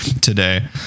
today